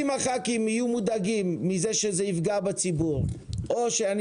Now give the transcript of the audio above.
אם הח"כים יהיו מודאגים מזה שהציבור יפגע או שאני